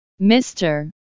Mr